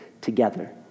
together